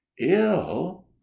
Ill